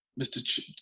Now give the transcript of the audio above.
Mr